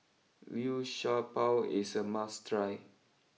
Liu Sha Bao is a must try